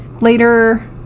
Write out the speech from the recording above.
later